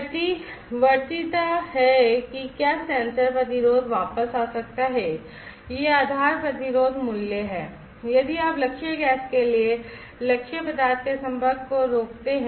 प्रतिवर्तीता है कि क्या सेंसर प्रतिरोध वापस आ सकता है यह आधार प्रतिरोध मूल्य है यदि आप लक्ष्य गैस के लिए लक्ष्य पदार्थ के संपर्क को रोकते हैं